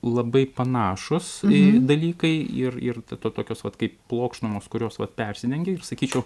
labai panašūs dalykai ir ir to tokios vat kaip plokštumos kurios vat persidengia ir sakyčiau